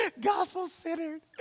gospel-centered